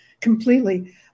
completely